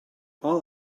all